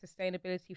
sustainability